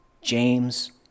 James